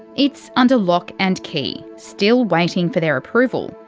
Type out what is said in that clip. it's under lock and key still waiting for their approval.